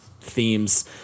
themes